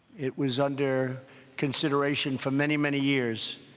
it was under consideration for many, many years,